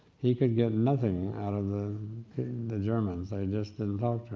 he could get nothing out of the the germans. they just didn't talk to him.